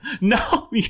No